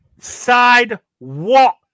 Sidewalk